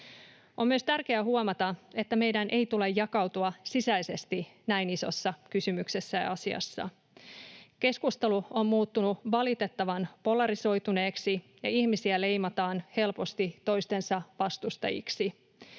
On myös tärkeää huomata, että meidän ei tule jakautua sisäisesti näin isossa kysymyksessä ja asiassa. Keskustelu on muuttunut valitettavan polarisoituneeksi, ja ihmisiä leimataan helposti toistensa vastustajiksi.